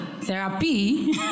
therapy